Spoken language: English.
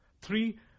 Three